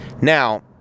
Now